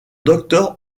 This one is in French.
docteur